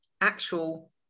actual